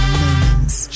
moments